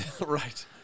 Right